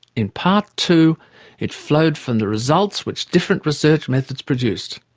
in part too it flowed from the results which different research methods produced.